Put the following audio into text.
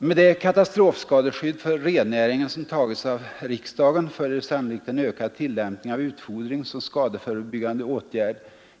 Med det katastrofskadeskydd för rennäringen, som tagits av riksdagen, följer sannolikt en ökad tillämpning av utfodring som skadeförebyggande åtgärd.